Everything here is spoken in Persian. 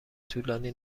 طولانی